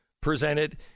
presented